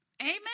Amen